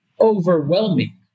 overwhelming